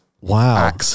Wow